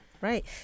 Right